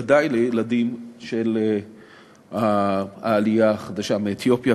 וודאי לילדים של העלייה החדשה מאתיופיה,